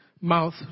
mouth